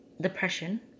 depression